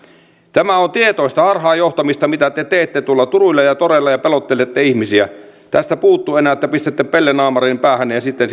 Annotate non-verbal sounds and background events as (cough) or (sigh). tämä on tietoista harhaanjohtamista mitä te teette tuolla turuilla ja ja toreilla ja pelottelette ihmisiä tästä puuttuu enää että pistätte pellenaamarin päähän ja sitten (unintelligible)